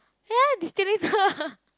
ya distillator